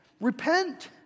Repent